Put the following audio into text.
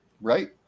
right